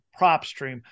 PropStream